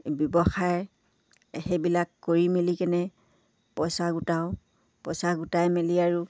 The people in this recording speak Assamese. ব্যৱসায় সেইবিলাক কৰি মেলি কেনে পইচা গোটাওঁ পইচা গোটাই মেলি আৰু